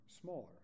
smaller